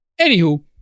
Anywho